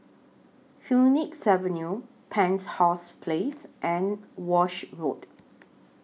Phoenix Avenue Penshurst Place and Walshe Road